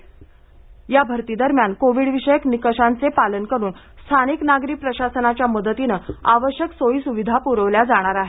सैन्य भरती दरम्यान कोविड विषयक निकषांचे पालन करून स्थानिक नागरी प्रशासनाच्या मदतीने आवश्यक सुविधा पुरवल्या जाणार आहेत